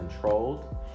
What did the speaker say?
controlled